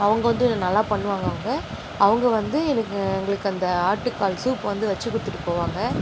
அவங்க வந்து இதை நல்லா பண்ணுவாங்க அவங்க அவங்க வந்து எனக்கு எங்களுக்கு அந்த ஆட்டுக்கால் சூப் வந்து வச்சிக் கொடுத்துட்டு போவாங்க